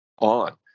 on